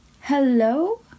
hello